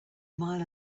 mile